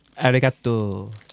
Arigato